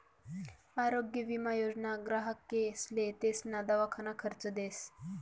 आरोग्य विमा योजना ग्राहकेसले तेसना दवाखाना खर्च देस